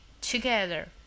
together